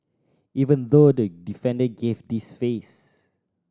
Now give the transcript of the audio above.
even though the defender gave this face